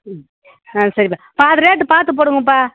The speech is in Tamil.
ம் ஆ சரிப்பா பாதி ரேட்டு பார்த்து போடுங்கப்பா